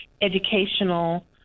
Educational